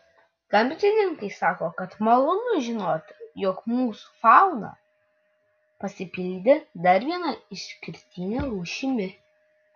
gamtininkai sako kad malonu žinoti jog mūsų fauna pasipildė dar viena išskirtine rūšimi